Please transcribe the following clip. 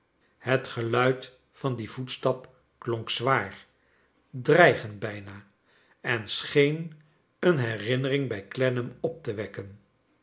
het geluid van dien voetstap klonk zwaar dreigend bijna en scheen een herinnering bij clennam op te wekken